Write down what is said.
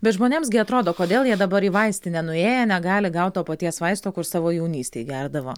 bet žmonėms gi atrodo kodėl jie dabar į vaistinę nuėję negali gaut to paties vaisto kur savo jaunystėj gerdavo